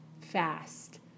fast